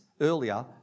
earlier